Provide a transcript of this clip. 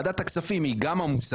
שוועדת הכספים היא גם עמוסה,